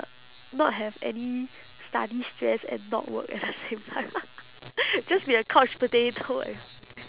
not have any study stress and not work at the same time just be a couch potato and